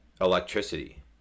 electricity